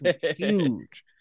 huge